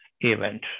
event